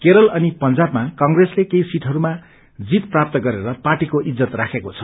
केरल अनि पंजाबमा कंग्रेसले केही सीटहरूमा जीत प्राप्त गरेर पार्टीको इज्जत राखेको छ